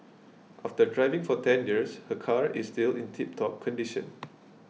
after driving for ten years her car is still in tiptop condition